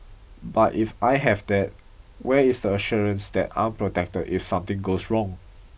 but if I have that where is the assurance that I'm protected if something goes wrong